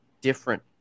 different